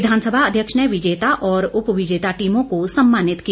विधानसभा अध्यक्ष ने विजेता और उप विजेता टीमों को सम्मानित किया